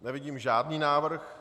Nevidím žádný návrh.